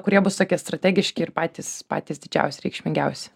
kurie bus tokie strategiški ir patys patys didžiausi reikšmingiausi